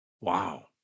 Wow